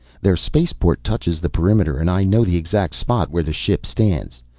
their spaceport touches the perimeter, and i know the exact spot where the ship stands.